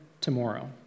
tomorrow